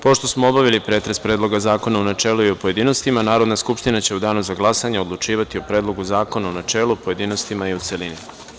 Pošto smo obavili pretres Predloga zakona u načelu i u pojedinostima, Narodna skupština će u danu za glasanje odlučivati o Predlogu zakona u načelu, pojedinostima i u celini.